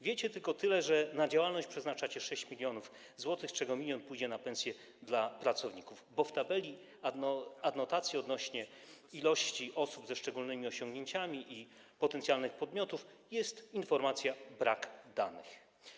Wiecie tylko tyle, że na działalność przeznaczacie 6 mln zł, z czego 1 mln pójdzie na pensje dla pracowników, bo w tabeli w adnotacji odnośnie do ilości osób ze szczególnymi osiągnięciami i potencjalnych podmiotów jest informacja: brak danych.